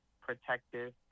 protective